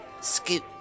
scoot